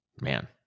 Man